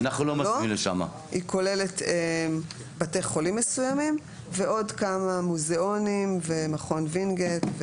היא כוללת בתי חולים מסוימים ועוד כמה מוזיאונים ומכון וינגייט.